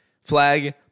Flag